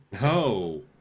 No